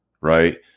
Right